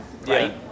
right